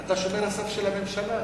אתה שומר הסף של הממשלה.